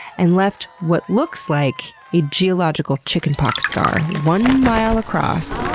and left what looks like a geological chick and pox scar one mile across,